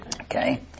Okay